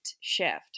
shift